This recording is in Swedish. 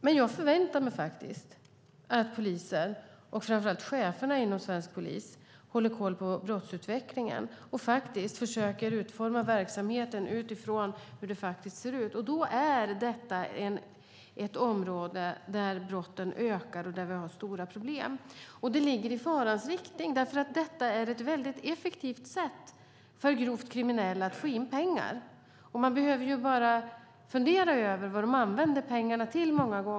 Men jag förväntar mig faktiskt att poliser och framför allt cheferna inom svensk polis håller koll på brottsutvecklingen och försöker utforma verksamheten utifrån hur det faktiskt ser ut. Detta är ett område där brotten ökar och där vi har stora problem. Det ligger i farans riktning, för det är ett effektivt sätt för grovt kriminella att få in pengar. Man behöver bara fundera över vad de använder pengarna till.